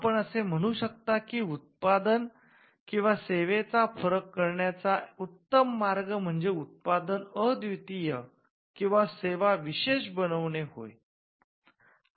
आपण असे म्हणू शकता की उत्पादन किंवा सेवेचा फरक करण्याचा उत्तम मार्ग म्हणजे उत्पादन अद्वितीय किंवा सेवा विशेष बनविणे होय